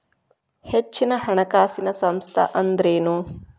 ಹೆಚ್ಚಿನ ಹಣಕಾಸಿನ ಸಂಸ್ಥಾ ಅಂದ್ರೇನು?